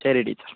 ശരി ടീച്ചർ